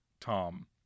Tom